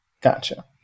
gotcha